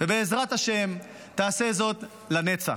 ובעזרת השם, תעשה זאת לנצח.